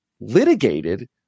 litigated